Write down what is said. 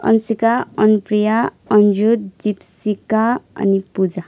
अन्सिका अनुप्रिया अन्जु दिपसिका अनि पुजा